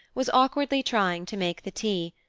was awkwardly trying to make the tea,